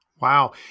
Wow